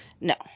No